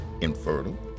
infertile